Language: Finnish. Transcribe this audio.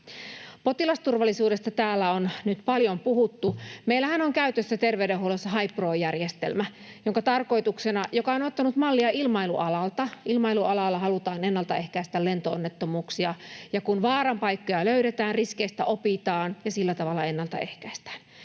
Potilasturvallisuudesta täällä on nyt paljon puhuttu. Meillähän on käytössä terveydenhuollossa HaiPro-järjestelmä, joka on ottanut mallia ilmailualalta. Ilmailualalla halutaan ennalta ehkäistä lento-onnettomuuksia, ja kun vaaran paikkoja löydetään, riskeistä opitaan ja sillä tavalla ennalta ehkäistään.